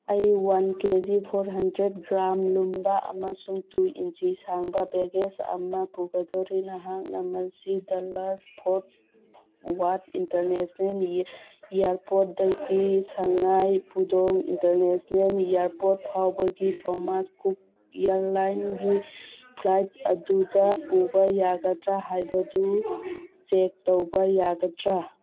ꯑꯩ one K G four hundred gram ꯂꯨꯝꯕ ꯑꯃꯁꯨꯡ ꯇꯨ ꯏꯟꯆꯤ ꯁꯥꯡꯕ ꯕꯦꯒꯦꯁ ꯑꯃ ꯄꯨꯒꯗꯣꯔꯤ ꯅꯍꯥꯛꯅ ꯃꯁꯤ ꯗꯂꯥꯁ ꯐꯣꯔꯠ ꯋꯥꯔꯠ ꯏꯟꯇꯔꯅꯦꯁꯅꯦꯜ ꯏꯌꯔꯄꯣꯔꯠꯗꯒꯤ ꯁꯉꯥꯏ ꯄꯨꯗꯣꯡ ꯏꯟꯇꯔꯅꯦꯁꯅꯦꯜ ꯏꯌꯔꯄꯣꯔꯠ ꯐꯥꯎꯕꯒꯤ ꯊꯣꯃꯥꯁ ꯀꯨꯛ ꯏꯌꯔꯂꯥꯏꯟꯒꯤ ꯐ꯭ꯂꯥꯏꯠ ꯑꯗꯨꯗ ꯄꯨꯕ ꯌꯥꯒꯗ꯭ꯔ ꯍꯥꯏꯕꯗꯨ ꯆꯦꯛ ꯇꯧꯕ ꯌꯥꯒꯗ꯭ꯔ